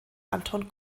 anton